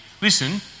listen